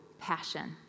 passion